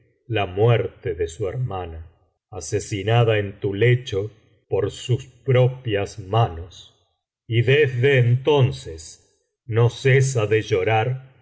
la muerte de su hermana asesinada en tu lecho por sus propias manos y desde entonces no cesa de llorar